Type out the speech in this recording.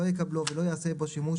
לא יקבלו ולא יעשה בו שימוש,